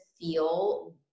feel